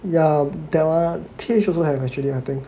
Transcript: yeah that one T_H also have actually I think